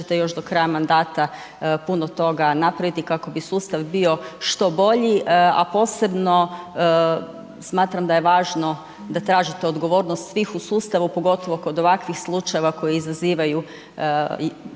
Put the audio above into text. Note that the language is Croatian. ćete još do kraja mandata puno toga napraviti kako bi sustav bio što bolji, a posebno smatram da je važno da tražite odgovornost svih u sustavu pogotovo kod ovakvih slučajeva koji izazivaju